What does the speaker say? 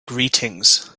greetings